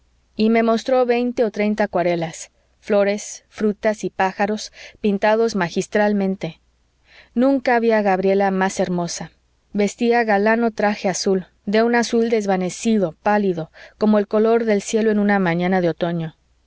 y me mostró veinte o treinta acuarelas flores frutas y pájaros pintados magistralmente nunca vi a gabriela más hermosa vestía galano traje azul de un azul desvanecido pálido como el color del cielo en una mañana de otoño